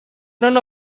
none